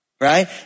right